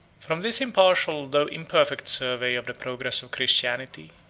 from this impartial though imperfect survey of the progress of christianity,